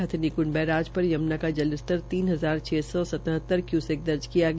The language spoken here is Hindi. हथिनीकृंड बैराज पर यमुना का जल स्तर तीन हजार द सौ सतहत्र क्यूसेक दर्ज किया गया